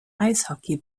eishockey